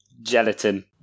gelatin